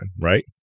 Right